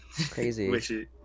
crazy